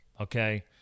Okay